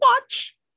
watch